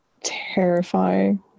terrifying